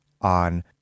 on